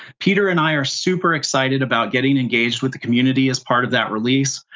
peter and i are super excited about getting engaged with the community as part of that release.